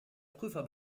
prüfer